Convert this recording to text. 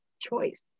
choice